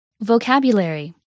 Vocabulary